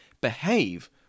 behave